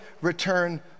return